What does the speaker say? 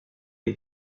est